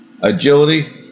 agility